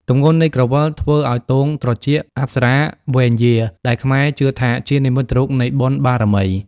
ទម្ងន់នៃក្រវិលធ្វើឱ្យទងត្រចៀកអប្សរាវែងយារ ដែលខ្មែរជឿថាជានិមិត្តរូបនៃបុណ្យបារមី។